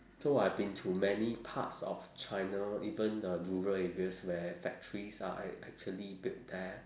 so I been to many parts of china even uh rural areas where factories are act~ actually built there